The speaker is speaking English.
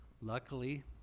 luckily